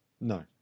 No